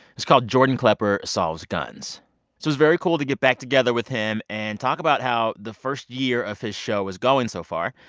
was called jordan klepper solves guns. so it was very cool to get back together with him and talk about how the first year of his show is going so far,